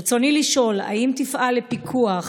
ברצוני לשאול: 1. האם תפעל לפיקוח